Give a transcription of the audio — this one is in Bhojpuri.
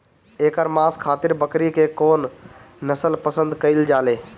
एकर मांस खातिर बकरी के कौन नस्ल पसंद कईल जाले?